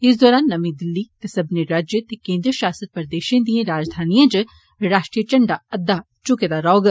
इस दरान नर्मी दिल्ली ते सब्बने राज्य ते केन्द्र शासत प्रदेशं दीएं राजधानियें च राष्ट्रीय झंडा अद्दा झुके दा रोहग